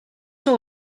sou